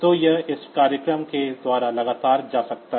तो यह इस प्रोग्राम के द्वारा लगातार जा सकता है